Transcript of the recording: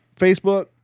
facebook